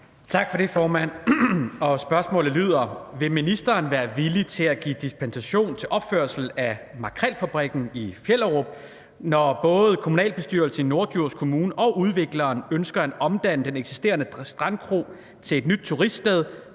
Tak for det, formand. Og spørgsmålet lyder: Vil ministeren være villig til at give dispensation til opførelsen af Makrelfabrikken i Fjellerup, når både kommunalbestyrelsen i Norddjurs Kommune og udvikleren ønsker at omdanne den eksisterende Strandkro til et nyt turiststed,